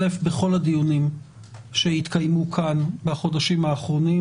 בכל הדיונים שהתקיימו כאן בחודשים האחרונים